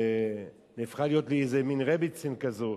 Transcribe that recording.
נהפכה להיות מין "רעבעצן" כזאת,